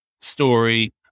story